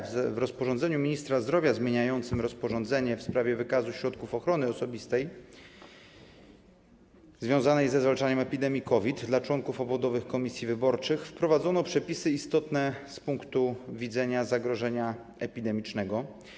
W rozporządzeniu ministra zdrowia zmieniającym rozporządzenie w sprawie wykazu środków ochrony osobistej związanych ze zwalczaniem epidemii COVID dla członków obwodowych komisji wyborczych wprowadzono przepisy istotne z punktu widzenia zagrożenia epidemicznego.